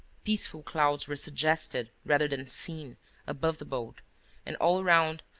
peaceful clouds were suggested rather than seen above the boat and, all around,